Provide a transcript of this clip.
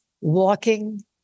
walking